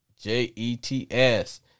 J-E-T-S